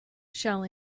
shall